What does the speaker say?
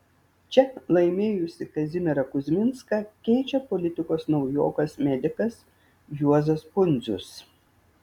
čia laimėjusį kazimierą kuzminską keičia politikos naujokas medikas juozas pundzius